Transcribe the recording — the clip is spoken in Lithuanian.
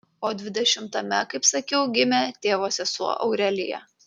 o dvidešimtame kaip sakiau gimė tėvo sesuo aurelija